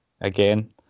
again